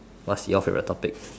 what's your favorite topic